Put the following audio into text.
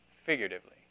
figuratively